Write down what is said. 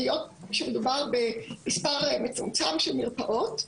היות שמדובר במספר מצומצם של מרפאות,